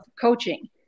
coaching